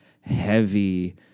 heavy